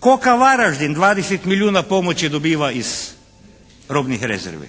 "Koka" Varaždin 20 milijuna pomoći dobiva iz robnih rezervi,